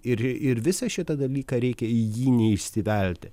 ir ir visą šitą dalyką reikia į jį neįsivelti